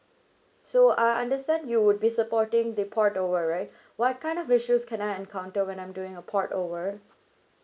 so I understand you would be supporting the port over right what kind of issues can I encounter when I'm doing a port over